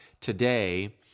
today